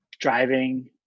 driving